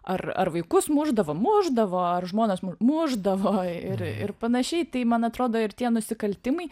ar ar vaikus mušdavo mušdavo ar žmonas mu mušdavo ir ir panašiai tai man atrodo ir tie nusikaltimai